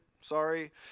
Sorry